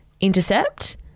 intercept